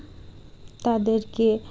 তাদেরকে